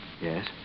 Yes